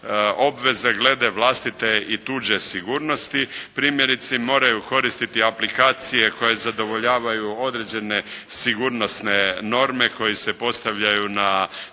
obveze glede vlastite i tuđe sigurnosti, primjerice moraju koristiti aplikacije koje zadovoljavaju određene sigurnosne norme koje se postavljaju na